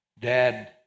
Dad